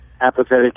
apathetic